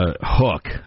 Hook